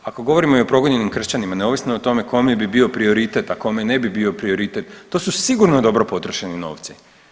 Ako govorimo i o progonjenim kršćanima neovisno o tome kome bi bio prioritet, a kome ne bi bio prioritet to su sigurno dobro potrošeni novci.